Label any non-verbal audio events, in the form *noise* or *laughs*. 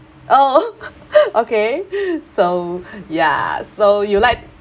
oh *laughs* okay so ya so you like